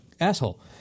asshole